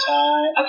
time